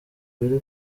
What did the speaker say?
biri